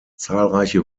zahlreiche